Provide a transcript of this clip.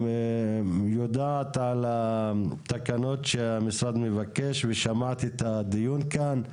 את יודעת על התקנות שהמשרד מבקש ושמעת את הדיון כאן.